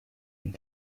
and